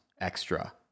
extra